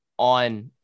On